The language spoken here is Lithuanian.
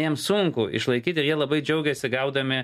jiem sunku išlaikyti ir jie labai džiaugiasi gaudami